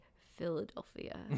Philadelphia